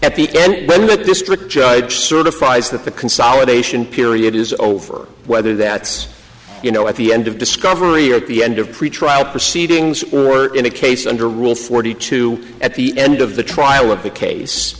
at the end when the district judge certifies that the consolidation period is over whether that's you know at the end of discovery or at the end of pretrial proceedings or in a case under rule forty two at the end of the trial of the case